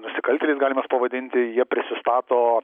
nusikaltėliais galim juos pavadinti jie prisistato